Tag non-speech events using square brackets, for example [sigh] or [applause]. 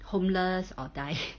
homeless or die [laughs]